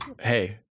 Hey